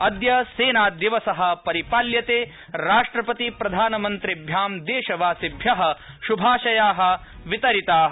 अद्य सम्रादिवस परिपाल्यता राष्ट्रपतिप्रधानमन्त्रिभ्यां दश्म्रासिभ्य श्भाशया वितरिता